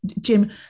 Jim